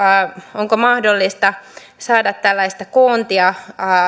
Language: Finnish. onko mahdollista saada tällaista koontia